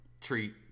treat